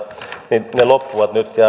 ne loppuvat nyt